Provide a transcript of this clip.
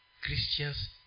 Christians